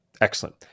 Excellent